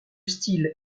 style